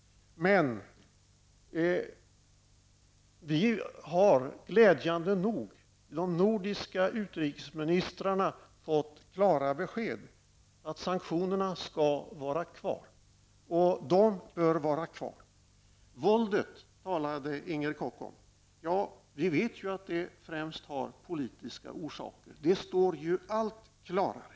Men vi har glädjande nog av de nordiska utrikesministrarna fått det klara beskedet att sanktionerna skall vara kvar. De bör vara kvar! Inger Koch talade om våldet. Vi vet att detta främst har politiska orsaker. Det står allt klarare.